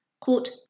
Quote